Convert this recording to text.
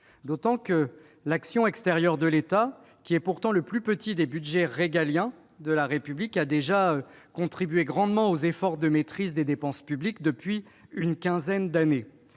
mission « Action extérieure de l'État », qui est pourtant le plus petit des budgets régaliens de la République, a déjà grandement contribué aux efforts de maîtrise des dépenses publiques depuis une quinzaine d'années.